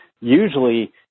usually –